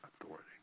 authority